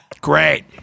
Great